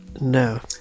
No